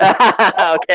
okay